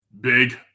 big